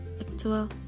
actual